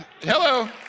Hello